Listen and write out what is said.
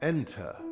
Enter